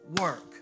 work